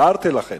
הערתי לכן.